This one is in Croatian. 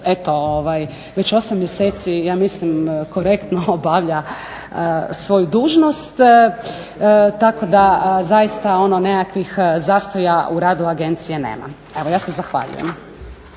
eto već 8 mjeseci ja mislim korektno obavlja svoju dužnost tako da zaista nekakvih zastoja u radu agencije nema. Ja se zahvaljujem.